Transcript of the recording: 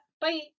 Bye